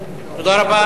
תודה רבה.